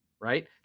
right